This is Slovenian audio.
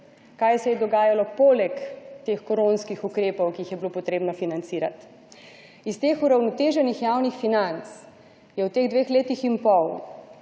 kaj se je dogajalo poleg teh koronskih ukrepov, ki jih je bilo potrebno financirati. Iz teh uravnoteženih javnih financ, je v teh dveh letih in pol